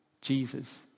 Jesus